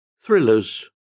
Thrillers